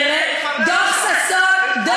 דוח ששון המליץ לפרק את המאחזים.